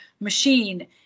machine